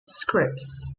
scripts